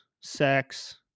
sex